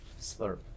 slurp